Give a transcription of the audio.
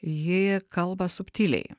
ji kalba subtiliai